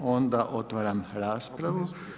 Onda otvaram raspravu.